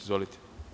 Izvolite.